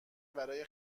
برای